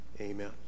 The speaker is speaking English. Amen